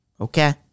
Okay